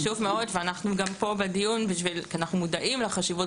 זה חשוב מאוד ואנחנו גם פה בדיון כי אנחנו מודעים לחשיבות.